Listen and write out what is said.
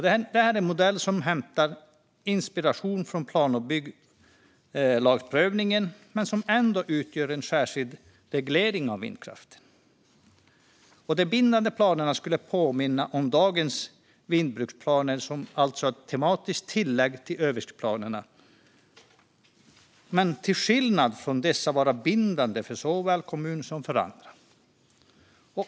Det är en modell som hämtar inspiration från prövningen enligt plan och bygglagen men som ändå utgör en särskild reglering av vindkraften. De bindande planerna skulle påminna om dagens vindbruksplaner, som alltså är tematiska tillägg till översiktsplanerna. Men till skillnad från dessa ska de vara bindande för såväl kommunen som för andra.